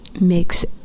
makes